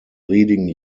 leading